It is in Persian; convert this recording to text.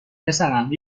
پسرم